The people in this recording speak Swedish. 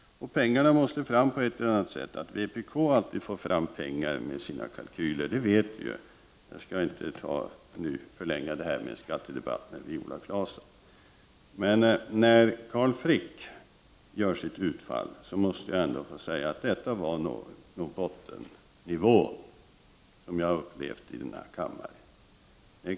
Pengarna måste fram på ett eller annat sätt. Att vpk alltid får fram pengar med sina kalkyler, det vet vi. Jag skall inte förlänga detta med en skattedebatt med Viola Claesson. Men när Carl Frick gör sitt utfall måste jag ändå få säga att det når något av en bottennivå, jämfört med vad jag har upplevt i denna kammare.